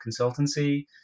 consultancy